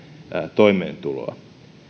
toimeentuloa